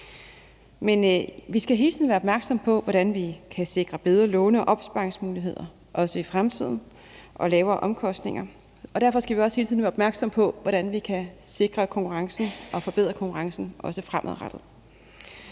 Men vi skal hele tiden være opmærksomme på, hvordan vi kan sikre bedre låne- og opsparingsmuligheder, også i fremtiden, og lavere omkostninger, og derfor skal vi også hele tiden være opmærksomme på, hvordan vi kan sikre konkurrencen og forbedre konkurrencen også fremadrettet.